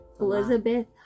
Elizabeth